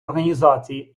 організацій